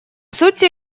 сути